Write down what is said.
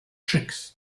tricks